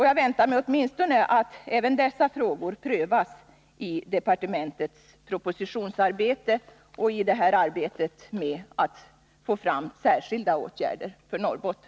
Jag väntar mig att även dessa frågor prövas i departementets propositionsarbete och i arbetet på att få till stånd särskilda åtgärder för Norrbotten.